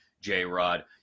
J-Rod